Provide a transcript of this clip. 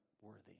worthy